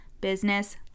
business